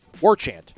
WarChant